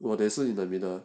while there is in the middle